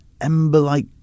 ember-like